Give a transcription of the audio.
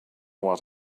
what